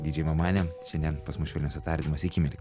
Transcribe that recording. dydžėj mamanė šiandien pas mus švelniuose tardymuose iki mielieji